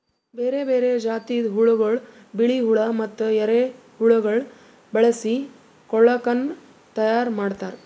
ಬೇರೆ ಬೇರೆ ಜಾತಿದ್ ಹುಳಗೊಳ್, ಬಿಳಿ ಹುಳ ಮತ್ತ ಎರೆಹುಳಗೊಳ್ ಬಳಸಿ ಕೊಳುಕನ್ನ ತೈಯಾರ್ ಮಾಡ್ತಾರ್